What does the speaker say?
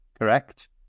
Correct